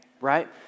right